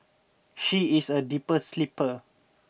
she is a deeper sleeper